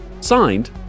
Signed